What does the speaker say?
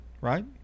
right